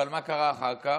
אבל מה קרה אחר כך?